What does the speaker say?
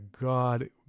God